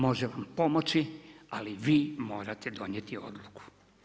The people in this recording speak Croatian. Možemo pomoći, ali vi morate donijeti odluku.